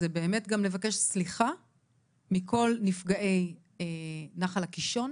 זה באמת גם לבקש סליחה מכל נפגעי נחל הקישון,